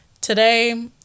today